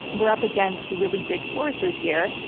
we're up against really big forces here.